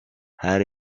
her